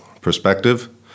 perspective